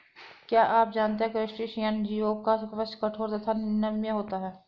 क्या आप जानते है क्रस्टेशियन जीवों का कवच कठोर तथा नम्य होता है?